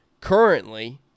currently